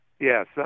Yes